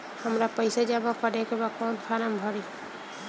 हमरा पइसा जमा करेके बा कवन फारम भरी?